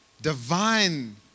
divine